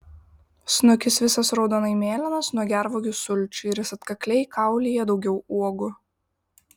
snukis visas raudonai mėlynas nuo gervuogių sulčių ir jis atkakliai kaulija daugiau uogų